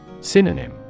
Synonym